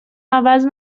عوض